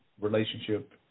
relationship